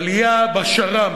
עלייה בשר"מ,